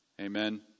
Amen